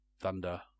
thunder